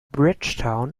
bridgetown